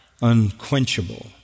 unquenchable